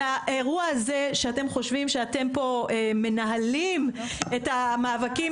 והאירוע הזה שאתם חושבים שאתם פה מנהלים את המאבקים,